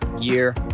year